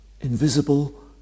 invisible